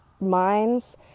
minds